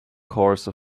course